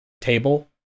table